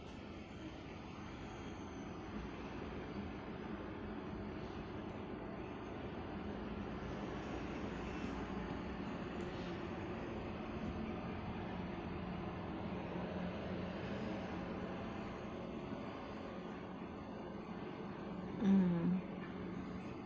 mm